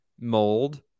mold